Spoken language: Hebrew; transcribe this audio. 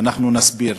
ואנחנו נסביר.